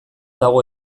dago